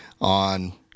on